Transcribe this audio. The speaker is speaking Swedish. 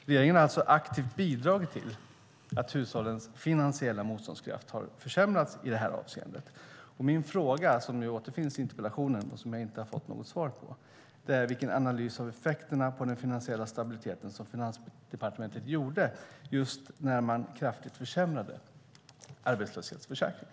Regeringen har alltså aktivt bidragit till att hushållens finansiella motståndskraft har försämrats i det här avseendet. Min fråga återfinns i interpellationen, och jag har inte fått något svar på den. Vilken analys av effekterna på den finansiella stabiliteten gjorde Finansdepartementet när man kraftigt försämrade arbetslöshetsförsäkringen?